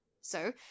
So